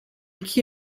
que